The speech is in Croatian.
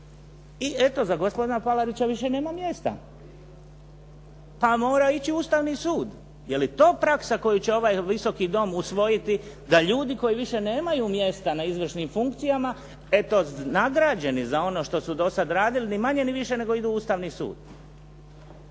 i eto, za gospodina Palarića više nema mjesta pa mora ići Ustavni sud. Je li to praksa koju će ovaj Visoki dom usvojiti da ljudi koji više nemaju mjesta na izvršnim funkcijama, eto nagrađeni za ono što su do sad radili, ni manje ni više nego idu u Ustavni sud?